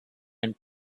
and